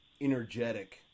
energetic